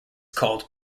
called